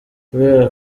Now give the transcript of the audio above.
kubera